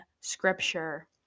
scripture